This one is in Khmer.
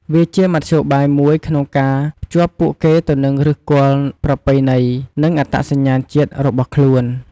វាជាមធ្យោបាយមួយក្នុងការភ្ជាប់ពួកគេទៅនឹងឫសគល់ប្រពៃណី និងអត្តសញ្ញាណជាតិរបស់ខ្លួន។